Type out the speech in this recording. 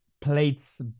plates